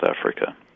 Africa